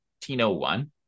1901